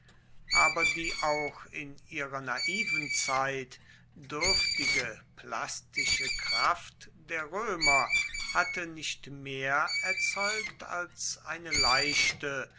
aber die auch in ihrer naiven zeit dürftige plastische kraft der römer hatte nicht mehr erzeugt als eine leichte